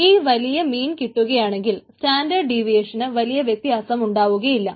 ഈ വലിയ മീൻ കിട്ടുകയാണെങ്കിൽ സ്റ്റാൻഡേർഡ് ഡീവിയേഷന് വലിയ വ്യത്യാസം ഉണ്ടാവുകയില്ല